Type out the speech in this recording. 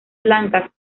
blancas